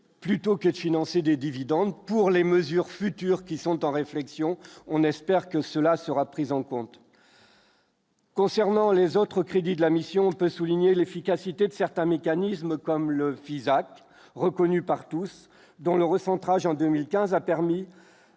plutôt que de financer des dividendes pour les mesures futures qui sont en réflexion, on espère que cela sera prise en compte. Concernant les autres crédits de la mission peut souligner l'efficacité de certains mécanismes comme le Fisac reconnu par tous dans le recentrage en 2015 a permis